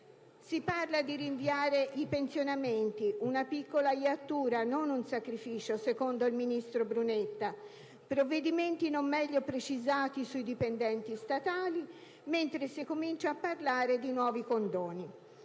Si parla di rinviare i pensionamenti (una piccola iattura, non un sacrificio, secondo il ministro Brunetta), di provvedimenti non meglio precisati sui dipendenti statali, mentre si comincia a parlare di nuovi condoni.